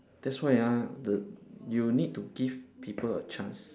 that's why ah the you need to give people a chance